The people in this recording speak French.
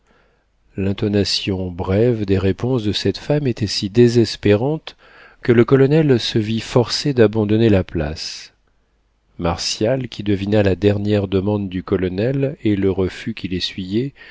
l'intonation brève des réponses de cette femme était si désespérante que le colonel se vit forcé d'abandonner la place martial qui devina la dernière demande du colonel et le refus